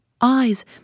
eyes